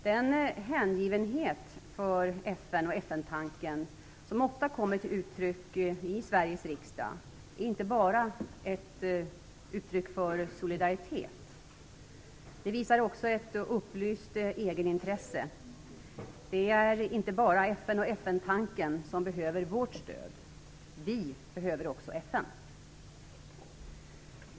Den hängivenhet för FN och FN-tanken som ofta kommer till uttryck i Sveriges riksdag är inte bara ett uttryck för solidaritet. Det visar också på ett upplyst egenintresse. Det är inte bara FN och FN-tanken som behöver vårt stöd. Vi behöver också FN.